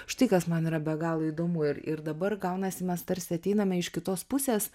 štai kas man yra be galo įdomu ir ir dabar gaunasi mes tarsi ateiname iš kitos pusės